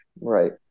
right